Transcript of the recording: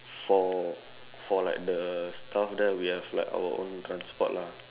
for for like the staff there we have like our own transport lah